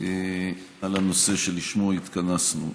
על הנושא שלשמו התכנסנו.